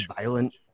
violent